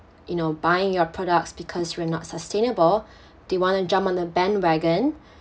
you know buying your products because you're not sustainable do you want to jump on the bandwagon